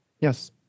Yes